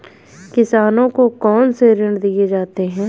किसानों को कौन से ऋण दिए जाते हैं?